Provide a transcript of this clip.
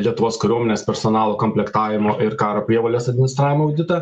lietuvos kariuomenės personalo komplektavimo ir karo prievolės administravimo auditą